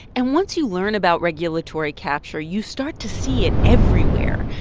and once you learn about regulatory capture, you start to see it everywhere.